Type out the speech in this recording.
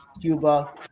Cuba